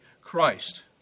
Christ